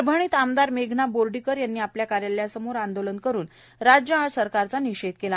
परभणीत आमदार मेघना बोर्डीकर यांनी आपल्या कार्यालयासमोर आंदोलन करून राज्य सरकारचा निषेध केला